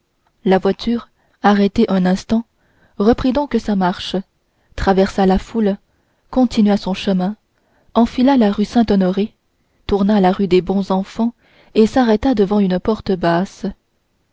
la voiture arrêtée un instant reprit donc sa marche traversa la foule continua son chemin enfila la rue saint-honoré tourna la rue des bons enfants et s'arrêta devant une porte basse